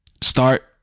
Start